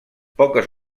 poques